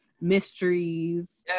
mysteries